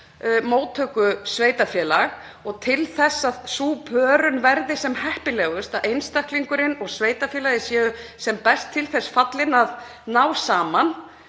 móttökusveitarfélög. Til þess að sú pörun verði sem heppilegust og einstaklingurinn og sveitarfélagið séu sem best til þess fallin að ná saman